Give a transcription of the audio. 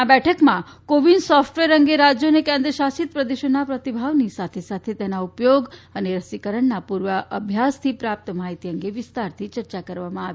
આ બેઠકમાં કોવિન સોફટવેર અંગે રાજયો અને કેન્દ્રશાસિત પ્રદેશોના પ્રતિભાવની સાથે સાથે તેના ઉપયોગ અને રસીકરણના પુર્વાભ્યાસથી પ્રાપ્ત માહિતી અંગે વિસ્તારથી ચર્ચા કરવામાં આવી